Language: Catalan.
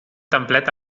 templet